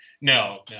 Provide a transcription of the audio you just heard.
no